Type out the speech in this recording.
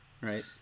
Right